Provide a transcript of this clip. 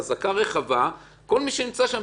בחזקה רחבה אפשר להעמיס את זה על כל מי שנמצא שם.